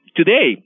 today